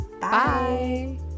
bye